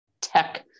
tech